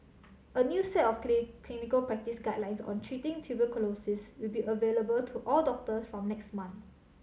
a new set of clinical practice guidelines on treating tuberculosis will be available to all doctors from next month